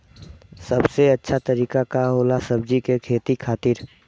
सबसे अच्छा तरीका का होला सब्जी के खेती खातिर?